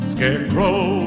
Scarecrow